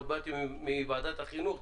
באתי מוועדת החינוך,